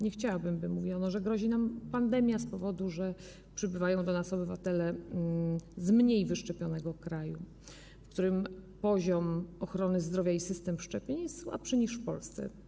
Nie chciałabym, by mówiono, że grozi nam pandemia z tego powodu, że przybywają do nas obywatele z mniej wyszczepionego kraju, w którym poziom ochrony zdrowia i system szczepień jest słabszy niż w Polsce.